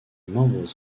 membres